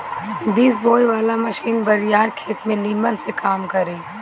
बीज बोवे वाला मशीन बड़ियार खेत में निमन से काम करी